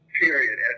period